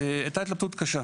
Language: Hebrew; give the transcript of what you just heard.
הייתה התלבטות קשה,